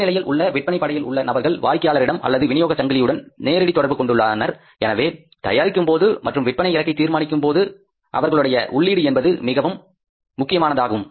கீழ்நிலையில் உள்ள விற்பனை படையில் உள்ள நபர்கள் வாடிக்கையாளரிடம் அல்லது விநியோகச் சங்கிலியுடன் நேரடி தொடர்பு கொண்டுள்ளனர் எனவே தயாரிக்கும்போது மற்றும் விற்பனை இலக்கை தீர்மானிக்கும்போது அவர்களுடைய உள்ளீடு என்பது மிகவும் முக்கியமானதாகும்